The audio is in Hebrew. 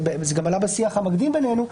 וזה גם עלה בשיח המקדים בינינו,